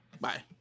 Bye